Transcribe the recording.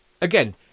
again